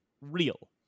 real